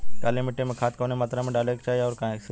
काली मिट्टी में खाद कवने मात्रा में डाले के चाही अउर कइसे?